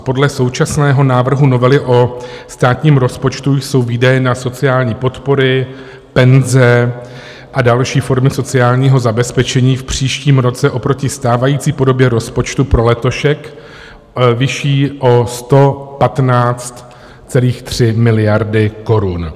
Podle současného návrhu novely o státním rozpočtu jsou výdaje na sociální podpory, penze a další formy sociálního zabezpečení v příštím roce oproti stávající podobě rozpočtu pro letošek vyšší o 115,3 miliardy korun.